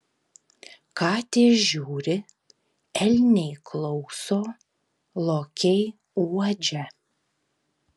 katės žiūri elniai klauso lokiai uodžia